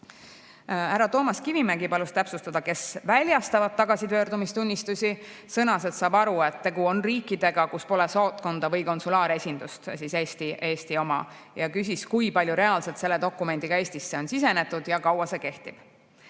Härra Toomas Kivimägi palus täpsustada, kes väljastavad tagasipöördumistunnistusi. Ta sõnas, et saab aru, et tegu on riikidega, kus pole saatkonda või konsulaaresindust, Eesti oma, ja küsis, kui palju reaalselt selle dokumendiga Eestisse on sisenetud ja kaua see kehtib.